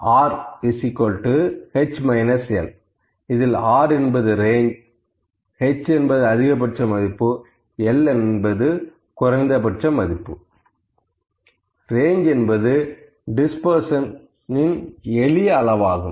R H - L இதில் R என்பது range H என்பது அதிகபட்ச மதிப்பு L என்பது குறைந்தபட்ச மதிப்பு ரேஞ்ச் என்பது டிஸ்பர்ஷன்இன் எளிய அளவாகும்